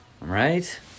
Right